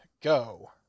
go